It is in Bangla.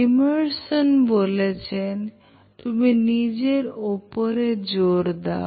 Emerson বলেছেন তুমি নিজের উপর জোর দাও